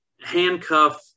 handcuff